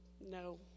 no